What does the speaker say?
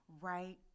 right